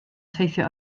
teithio